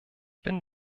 bin